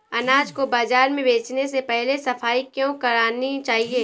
अनाज को बाजार में बेचने से पहले सफाई क्यो करानी चाहिए?